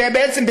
שבעצם,